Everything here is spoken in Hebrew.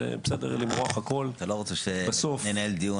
זה בסדר למרוח הכול --- אתה לא רוצה שננהל דיון